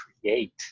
create